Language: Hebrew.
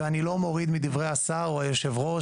ואני לא מוריד מדברי השר או יושב הראש